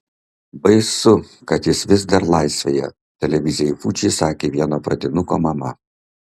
baisu kad jis vis dar laisvėje televizijai fuji sakė vieno pradinuko mama